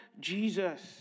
Jesus